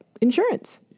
insurance